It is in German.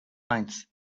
eins